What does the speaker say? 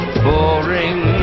boring